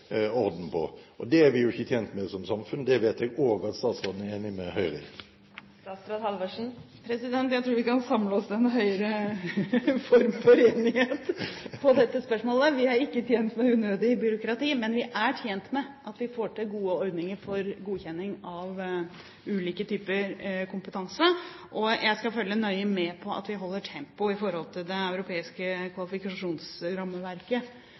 orden på. Det er vi jo ikke tjent med som samfunn. Det vet jeg også at statsråden er enig med Høyre i. Jeg tror vi kan samle oss til en høyere form for enighet i dette spørsmålet. Vi er ikke tjent med unødig byråkrati, men vi er tjent med at vi får til gode ordninger for godkjenning av ulike typer kompetanse. Jeg skal følge nøye med på at vi holder tempo i forhold til det europeiske kvalifikasjonsrammeverket